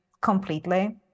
completely